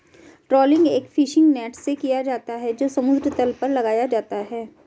trawling एक fishing net से किया जाता है जो समुद्र तल पर लगाया जाता है